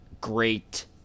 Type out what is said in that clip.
great